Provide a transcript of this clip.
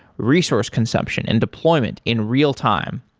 resource consumption and deployment in real time.